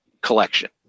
collection